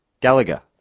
Gallagher